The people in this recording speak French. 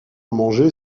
manger